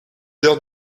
heures